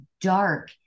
dark